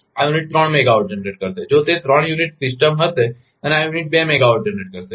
આ યુનિટ ત્રણ megawatt generate કરશે જો તે ત્રણ યુનિટ સિસ્ટમ હશે અને આ યુનિટ બે મેગાવાટ જનરેટ કરશે